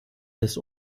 des